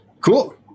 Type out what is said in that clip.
Cool